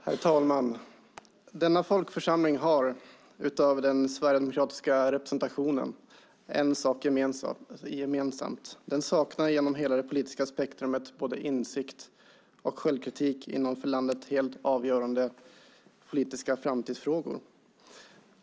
Herr talman! Denna folkvalda församling har, utom den sverigedemokratiska representationen, en sak gemensamt: Den saknar genom hela det politiska spektrumet både insikt och självkritik inom för landet helt avgörande politiska framtidsfrågor.